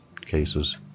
cases